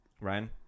Ryan